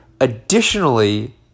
Additionally